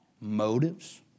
motives